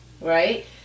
right